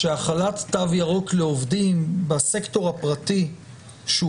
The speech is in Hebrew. שהחלת תו ירוק לעובדים בסקטור הפרטים שהוא